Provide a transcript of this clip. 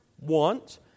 want